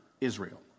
Israel